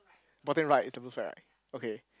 bottom right is the blue flag right okay